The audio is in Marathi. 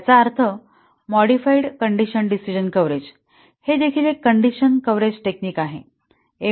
याचा अर्थ मॉडिफाइड कण्डिशन डिसिजणं कव्हरेज हे देखील एक कंडिशन कव्हरेज टेक्निक आहे